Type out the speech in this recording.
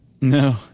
No